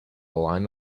line